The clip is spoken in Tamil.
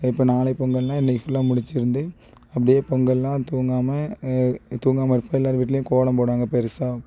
இப்போ நாளைக்கு பொங்கல்னால் இன்னைக்கி ஃபுல்லாக முழிச்சிருந்து அப்படியே பொங்கல்னால் தூங்காமல் தூங்காமல் இருப்போம் எல்லாரும் வீட்டிலயும் கோலம் போடுவாங்க பெருசாக